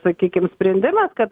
sakykim sprendimas kad